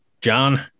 john